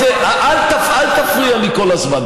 אל תפריע לי כל הזמן.